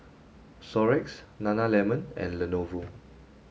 xorex nana lemon and Lenovo